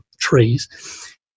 trees